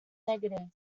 negative